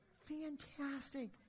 Fantastic